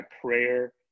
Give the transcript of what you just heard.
prayer